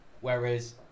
whereas